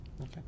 okay